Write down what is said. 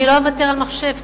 אני לא אוותר על לימודי המחשב,